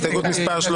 הסתייגות ג.